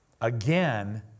Again